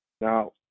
Now